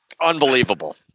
Unbelievable